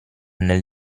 nel